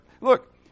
look